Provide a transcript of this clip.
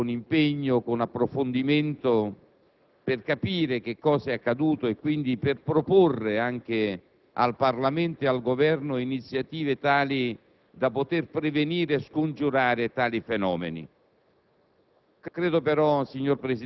anche in questa circostanza farà il proprio lavoro con impegno, approfonditamente, per capire cosa sia accaduto e quindi per proporre al Parlamento e al Governo iniziative per